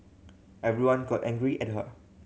everyone got angry at her